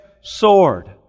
sword